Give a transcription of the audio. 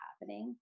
happening